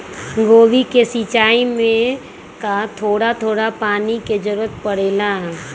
गोभी के सिचाई में का थोड़ा थोड़ा पानी के जरूरत परे ला?